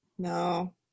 No